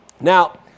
Now